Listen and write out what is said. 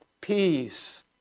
peace